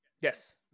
Yes